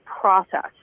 process